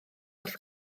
wrth